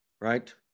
Right